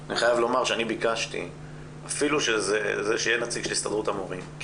אני חייב לומר שאני ביקשתי שיהיה נציג של הסתדרות המורים כי